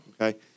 Okay